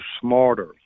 smarter